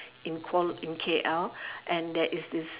in Kuala~ in K_L and there is this